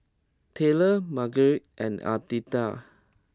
Tyler Margery and Aditya